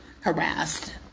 harassed